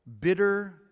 Bitter